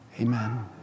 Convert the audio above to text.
Amen